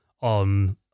on